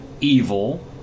Evil